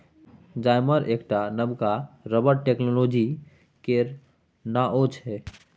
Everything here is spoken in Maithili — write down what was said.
जाइमर एकटा नबका रबर टेक्नोलॉजी केर नाओ छै